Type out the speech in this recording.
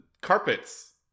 carpets